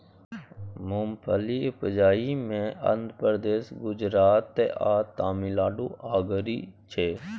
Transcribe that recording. मूंगफली उपजाबइ मे आंध्र प्रदेश, गुजरात आ तमिलनाडु अगारी छै